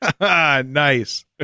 Nice